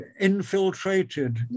infiltrated